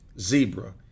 zebra